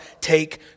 take